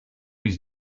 his